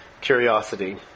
curiosity